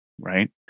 right